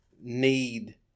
need